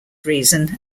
reason